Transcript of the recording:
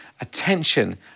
attention